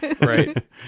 Right